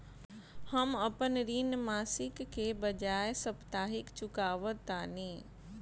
हम अपन ऋण मासिक के बजाय साप्ताहिक चुकावतानी